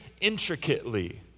intricately